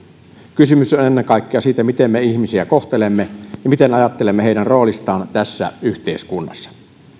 kysymys on ennen kaikkea siitä miten me ihmisiä kohtelemme ja miten ajattelemme heidän roolistaan tässä yhteiskunnassa